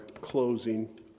closing